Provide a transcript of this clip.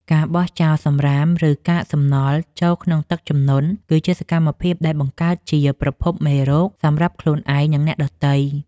ការបោះចោលសម្រាម ឬកាកសំណល់ចូលក្នុងទឹកជំនន់គឺជាសកម្មភាពដែលបង្កើតជាប្រភពមេរោគសម្រាប់ខ្លួនឯង និងអ្នកដទៃ។